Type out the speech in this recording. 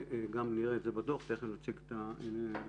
נראה את זה בדוח, תכף נציג את הפרטים,